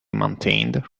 maintained